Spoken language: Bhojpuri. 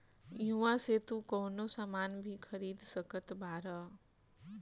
इहवा से तू कवनो सामान भी खरीद सकत बारअ